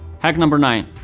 hack number nine,